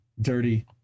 Dirty